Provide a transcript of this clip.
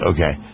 Okay